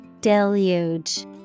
Deluge